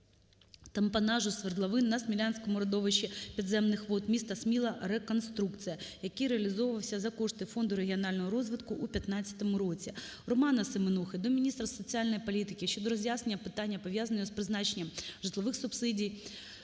Романа Семенухи до міністра соціальної політики щодо роз'яснення питання, пов'язаного з призначенням житлових субсидій